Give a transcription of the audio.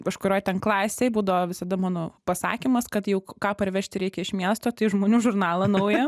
kažkurioj ten klasėj būdavo visada mano pasakymas kad jau ką parvežti reikia iš miesto tai žmonių žurnalą naują